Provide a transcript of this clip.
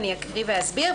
אני אקריא ואסביר.